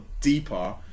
deeper